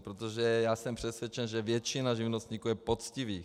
Protože já jsem přesvědčen, že většina živnostníků je poctivých.